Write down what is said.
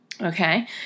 Okay